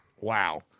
Wow